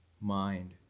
mind